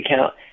account